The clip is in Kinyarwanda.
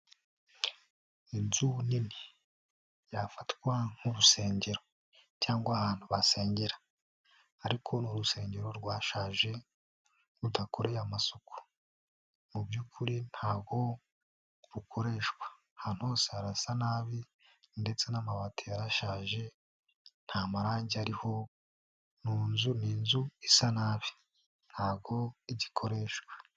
Inzu nini yafatwa nk'urusengero cyangwa ahantu basengera ariko ni urusengero rwashaje rudakoreye amasuku, mubyukuri ntago rukoreshwa, ahantu hose harasa nabi ndetse n'amabati yarashaje nta marangi ariho, mu ni inzu isa nabi ntago igikoreshwa.